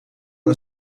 een